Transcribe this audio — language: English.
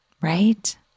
right